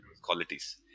qualities